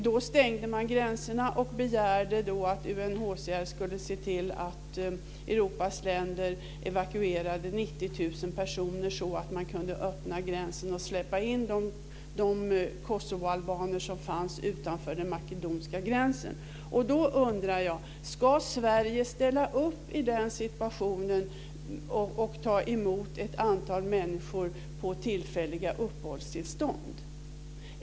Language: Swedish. Då stängde man gränserna och begärde att UNHCR skulle se till att Europas länder evakuerade 90 000 personer så att man kunde öppna gränsen och släppa in de kosovoalbaner som fanns utanför den makedoniska gränsen. Då undrar jag om Sverige ska ställa upp i den situationen och ta emot ett antal människor på tillfälliga uppehålltillstånd.